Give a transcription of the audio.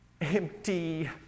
empty